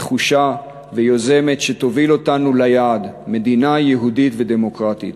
נחושה ויוזמת שתוביל אותנו ליעד: מדינה יהודית ודמוקרטית.